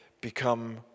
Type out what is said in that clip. become